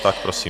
Tak prosím.